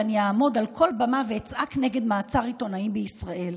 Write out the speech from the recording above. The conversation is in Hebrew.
ואני אעמוד על כל במה ואצעק נגד מעצר עיתונאים בישראל.